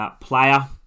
player